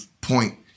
point